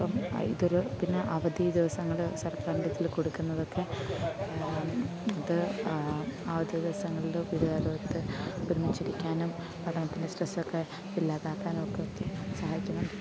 അപ്പം ഇതൊരു പിന്നെ അവധി ദിവസങ്ങൾ സർക്കാറിൻ്റെ ഇതിൽ കൊടുക്കുന്നതൊക്കെ ഇത് അവധി ദിവസങ്ങളിൽ കൂട്ടുകാരുമൊത്ത് ഒരുമിച്ചിരിക്കാനും പഠനത്തിൻ്റെ സ്ട്രെസ് ഒക്കെ ഇല്ലാതാക്കാനൊക്കെ ഒത്തിരി സഹായിക്കുന്നുണ്ട്